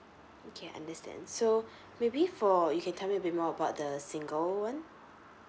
okay understand so maybe for you can tell me a bit more about the single one